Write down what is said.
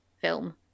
film